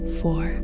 four